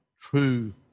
true